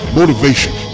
motivation